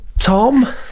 Tom